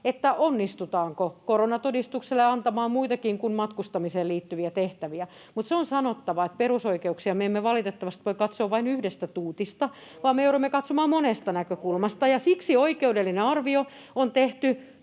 siitä, onnistutaanko koronatodistukselle antamaan muitakin kuin matkustamiseen liittyviä tehtäviä, mutta se on sanottava, että perusoikeuksia me emme valitettavasti voi katsoa vain yhdestä tuutista, [Ben Zyskowiczin välihuuto] vaan me joudumme katsomaan niitä monesta näkökulmasta. Ja siksi oikeudellinen arvio on tehty